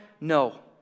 No